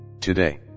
Today